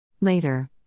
Later